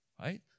right